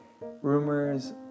Rumors